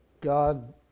God